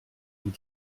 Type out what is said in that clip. vous